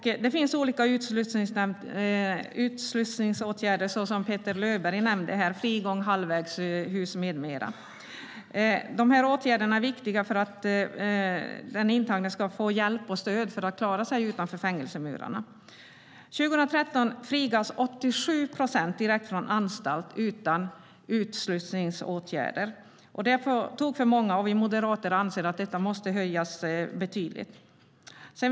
Det finns olika utslussningsåtgärder, till exempel de Petter Löberg nämnde - frigång, halvvägshus med mera. Åtgärderna är viktiga för att den intagne ska få hjälp och stöd att klara sig utanför fängelsemurarna. År 2013 frigavs 87 procent direkt från anstalt utan utslussningsåtgärder. Det är på tok för många. Vi moderater anser att det måste bli en betydande förändring.